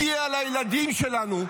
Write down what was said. אבל הם פחדנים.